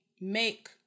make